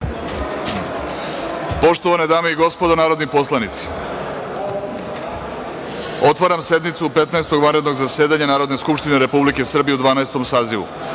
Poštovane dame i gospodo narodni poslanici, otvaram sednicu Petnaestog vanrednog zasedanja Narodne skupštine Republike Srbije u Dvanaestom